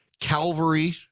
Calvary